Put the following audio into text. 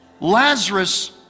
Lazarus